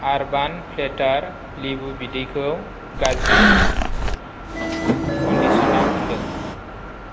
आर्बान प्लेटार लेबु बिदैखौ गाज्रि कन्दिसनाव मोन्दों